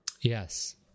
Yes